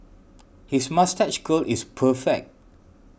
his moustache curl is perfect